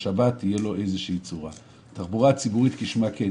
חובתנו לשמור על התחבורה הציבורית נגישה,